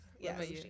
Yes